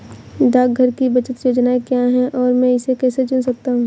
डाकघर की बचत योजनाएँ क्या हैं और मैं इसे कैसे चुन सकता हूँ?